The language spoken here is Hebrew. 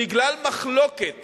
בגלל מחלוקת